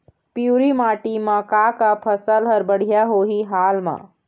पिवरी माटी म का का फसल हर बढ़िया होही हाल मा?